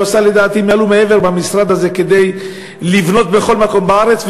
והוא לדעתי עשה מעל ומעבר במשרד הזה כדי לבנות בכל מקום בארץ,